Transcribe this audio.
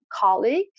colleagues